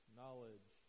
knowledge